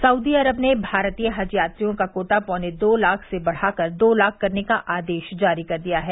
Saudi Arab ने भारतीय हज यात्रियों का कोटा पौने दो लाख से बढ़ाकर दो लाख करने का आदेश जारी कर दिया है